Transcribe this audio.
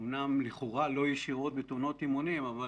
אמנם לכאורה לא ישירות בתאונות אימונים אבל